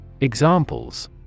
Examples